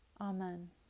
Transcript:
Amen